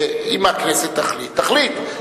אם הכנסת תחליט, תחליט.